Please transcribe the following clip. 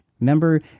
remember